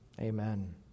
Amen